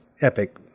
epic